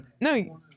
No